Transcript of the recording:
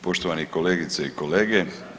Poštovane kolegice i kolege.